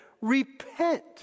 repent